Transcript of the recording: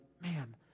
man